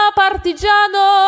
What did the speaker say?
partigiano